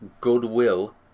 goodwill